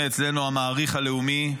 המכונה אצלנו "המעריך הלאומי",